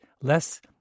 less